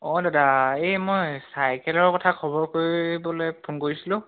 অঁ দাদা এই মই চাইকেলৰ কথা খবৰ কৰিবলৈ ফোন কৰিছিলোঁ